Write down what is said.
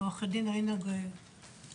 ע"ד רינה איילין-גורליק,